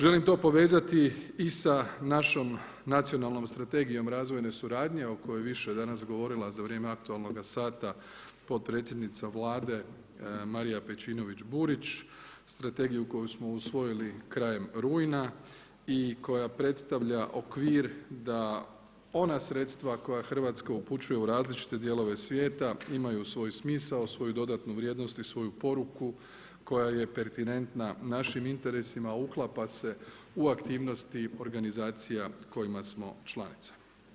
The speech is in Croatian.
Želim to povezati i sa našom Nacionalnom strategijom razvojne suradnje o kojoj je više danas govorila za vrijeme aktualnoga sata potpredsjednica Vlade Marija Pejčinović Burić, strategiju koju smo usvojili krajem rujna i koja predstavlja okvir da ona sredstva koja Hrvatska upućuje u različite dijelove svijeta imaju svoj smisao, svoju dodatnu vrijednost i svoju poruku koja je … našim interesima uklapa se u aktivnosti organizacija kojima smo članice.